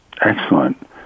Excellent